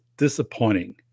disappointing